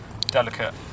delicate